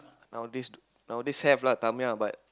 nowadays nowadays have lah Tamiya but